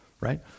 right